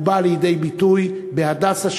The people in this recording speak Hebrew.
ובא לידי ביטוי ב"הדסה",